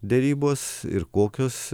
derybos ir kokios